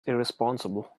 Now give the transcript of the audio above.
irresponsible